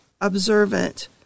observant